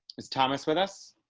is thomas with us.